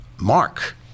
Mark